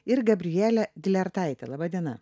ir gabriele dylertaite laba diena